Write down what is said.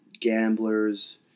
gamblers